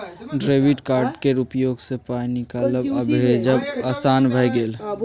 debit card केर उपयोगसँ पाय निकालब आ भेजब आसान भए गेल